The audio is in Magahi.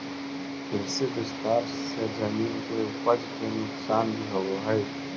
कृषि विस्तार से जमीन के उपज के नुकसान भी होवऽ हई